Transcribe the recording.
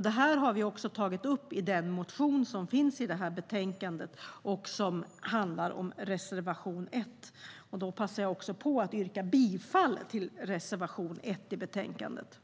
Detta har vi tagit upp i den motion som behandlas i betänkandet och i reservation 1. Jag passar på att yrka bifall till reservation 1 i betänkandet.